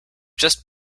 just